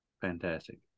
Fantastic